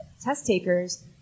test-takers